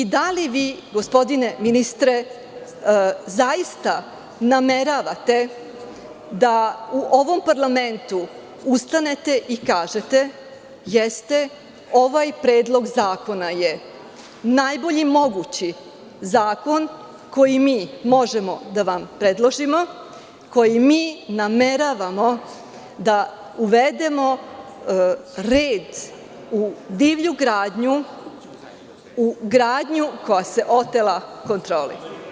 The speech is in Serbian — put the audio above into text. Da li vi, gospodine ministre, zaista nameravate da u ovom parlamentu ustanete i kažete – jeste, ovaj predlog zakona je najbolji mogući zakon koji mi možemo da vam predložimo, kojim mi nameravamo da uvedemo red u divlju gradnju, u gradnju koja se otela kontroli?